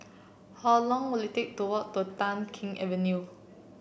how long will it take to walk to Tai Keng Avenue